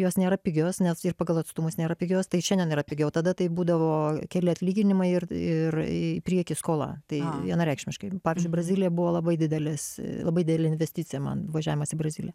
jos nėra pigios net ir pagal atstumus nėra pigios tai šiandien yra pigiau tada tai būdavo keli atlyginimai ir ir į priekį skola tai vienareikšmiškai pavyzdžiui brazilija buvo labai didelis labai didelė investicija man važiavimas į braziliją